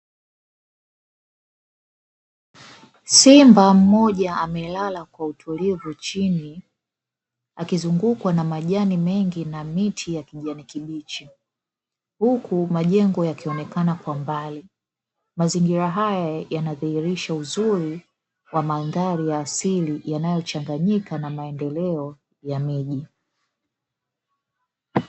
Simba mmoja amelala kwa utulivu chini, akizungukwa na majani mengi na miti ya kijani kibichi, huku majengo yakionekana kwa mbali. Mazingira haya yanadhihirisha uzuri wa mandhari ya asili yanayochanganyika na maendeleo ya miji.